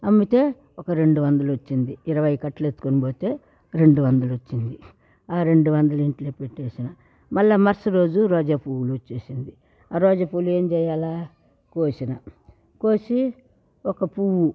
అమ్మితే ఒక రెండు వందలొచ్చింది ఇరవై కట్టలు ఎత్తుకొని పోతే రెండు వందలొచ్చింది ఆ రెండు వందలు ఇంట్లో పెట్టెస్నా మళ్ళా మర్సటి రోజు రోజా పూవులోచ్చేసింది ఆ రోజా పువ్వులేంచేయాల కోసేన కోసి ఒక పువ్వు